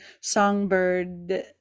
songbird